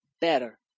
better